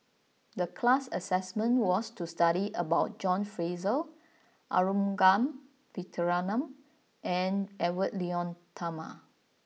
the class assignment was to study about John Fraser Arumugam Vijiaratnam and Edwy Lyonet Talma